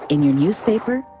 in your newspaper,